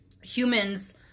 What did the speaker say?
Humans